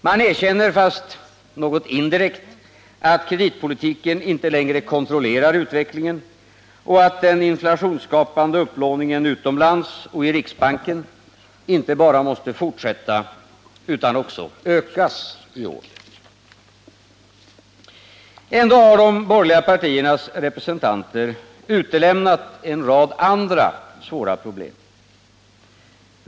Man erkänner, fast lite indirekt, att kreditpolitiken inte längre kontrollerar utvecklingen och att den inflationsskapande upplåningen utomlands och i riksbanken måse inte bara fortsätta utan också ökas i år. Ändå har de borgerliga partiernas representanter utelämnat en rad andra svåra problem.